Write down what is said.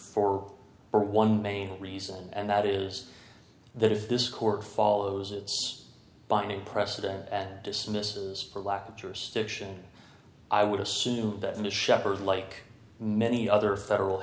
n for one main reason and that is that if this court follows its binding precedent dismissed for lack of jurisdiction i would assume the shepherd like many other federal